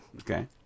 Okay